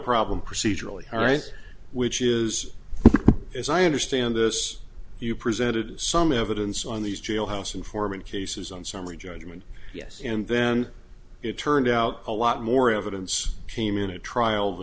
problem procedurally all right which is as i understand this you presented some evidence on these jailhouse informant cases on summary judgment yes and then it turned out a lot more evidence came in a trial